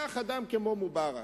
קח אדם כמו מובארק,